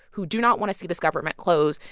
who do not want to see this government close,